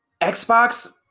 Xbox